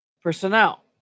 personnel